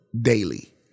daily